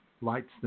lights